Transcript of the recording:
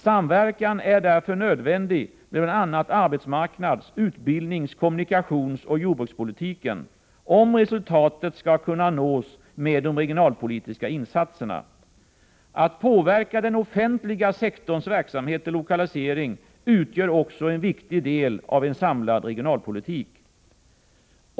Samverkan är därför nödvändig med bl.a. arbetsmarknads-, utbildnings-, kommunikationsoch jordbrukspolitiken, om resultat skall kunna nås med de regionalpolitiska insatserna. Att påverka den offentliga sektorns verksamhet och lokalisering utgör också en viktig del av en samlad regionalpolitik.